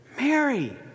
Mary